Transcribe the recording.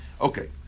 Okay